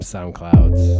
SoundClouds